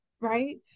Right